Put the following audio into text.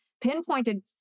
pinpointed